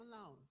alone